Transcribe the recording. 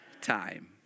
time